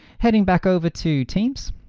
heading back over to teams,